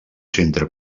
centre